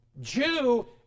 Jew